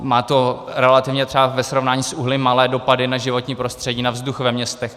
Má to relativně třeba ve srovnání s uhlím malé dopady na životní prostředí, na vzduch ve městech.